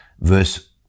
Verse